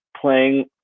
playing